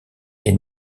est